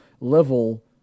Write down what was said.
level